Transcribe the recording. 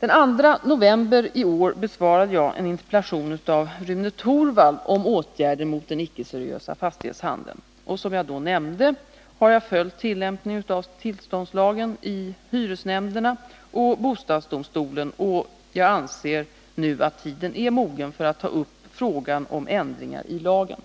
Den 2 november i år besvarade jag en interpellation av Rune Torwald om åtgärder mot den icke seriösa fastighetshandeln. Som jag då nämnde har jag följt tillämpningen av tillståndslagen i hyresnämnderna och bostadsdomstolen, och jag anser nu att tiden är mogen för att ta upp frågan om ändringar i lagen.